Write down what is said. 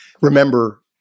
remember